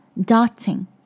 Dotting